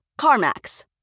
CarMax